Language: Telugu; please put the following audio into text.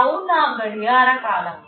టౌ నా గడియార కాలం